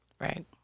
right